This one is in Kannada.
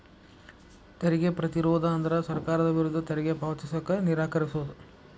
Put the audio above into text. ತೆರಿಗೆ ಪ್ರತಿರೋಧ ಅಂದ್ರ ಸರ್ಕಾರದ ವಿರುದ್ಧ ತೆರಿಗೆ ಪಾವತಿಸಕ ನಿರಾಕರಿಸೊದ್